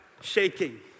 shaking